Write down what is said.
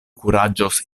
kuraĝos